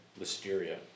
listeria